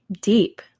deep